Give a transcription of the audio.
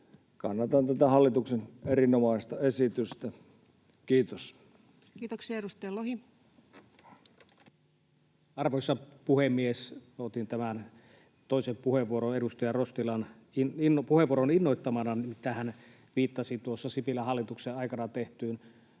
Kannatan tätä hallituksen erinomaista esitystä. — Kiitos. Kiitoksia. — Edustaja Lohi. Arvoisa puhemies! Otin tämän toisen puheenvuoron edustaja Rostilan puheenvuoron innoittamana, nimittäin hän viittasi Sipilän hallituksen aikana tehtyyn